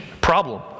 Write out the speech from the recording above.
problem